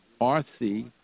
RC